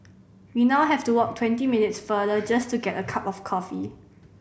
we now have to walk twenty minutes farther just to get a cup of coffee